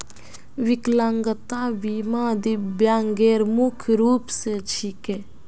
विकलांगता बीमा दिव्यांगेर मुख्य रूप स छिके